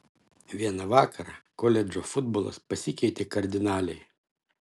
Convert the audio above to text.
vieną vakarą koledžo futbolas pasikeitė kardinaliai